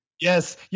Yes